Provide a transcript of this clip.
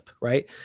right